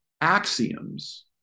axioms